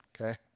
okay